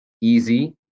easy